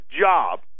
job